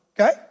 okay